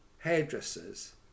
Hairdressers